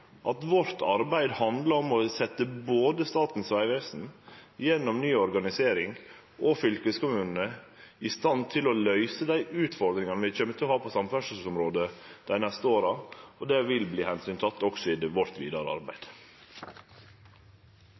at vårt arbeid handlar om å setje både Statens vegvesen, gjennom ny organisering, og fylkeskommunane i stand til å løyse dei utfordringane vi kjem til å ha på samferdselsområdet dei neste åra. Det vil bli teke omsyn til også i vårt vidare arbeid.